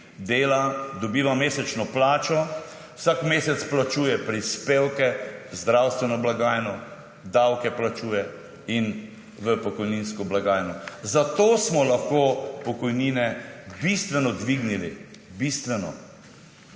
dela, dobiva mesečno plačo, vsak mesec plačuje prispevke, zdravstveno blagajno, davke plačuje in v pokojninsko blagajno. Zato smo lahko pokojnine bistveno dvignili, bistveno.